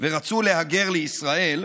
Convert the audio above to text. ורצו להגר לישראל,